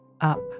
up